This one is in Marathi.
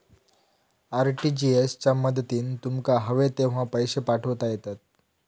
आर.टी.जी.एस च्या मदतीन तुमका हवे तेव्हा पैशे पाठवता येतत